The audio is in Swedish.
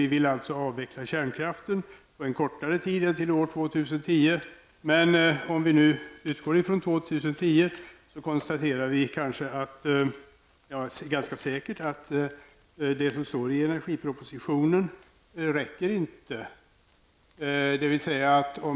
Vi vill avveckla kärnkraften på kortare tid än till år 2010, men om vi nu utgår från 2010 konstaterar vi ganska säkert att det som står i energipropositionen inte räcker.